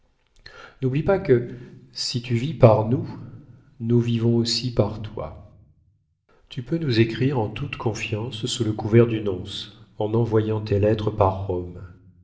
n'oublie pas que si tu vis par nous nous vivons aussi par toi tu peux nous écrire en toute confiance sous le couvert du nonce en envoyant tes lettres par rome